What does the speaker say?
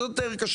אז זה יותר קשה.